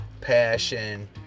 passion